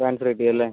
transfer കിട്ടി അല്ലേ